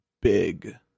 big